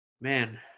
man